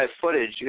footage